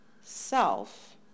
self